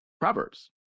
Proverbs